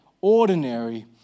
ordinary